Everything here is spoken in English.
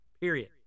period